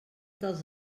dels